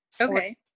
Okay